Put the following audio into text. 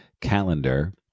calendar